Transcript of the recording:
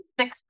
six